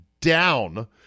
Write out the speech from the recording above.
down